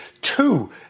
two